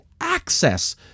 access